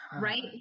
Right